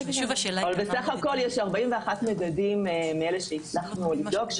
אבל בסך הכול יש 41 מדדים מאלה שהצלחנו לבדוק,